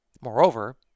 Moreover